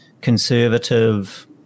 conservative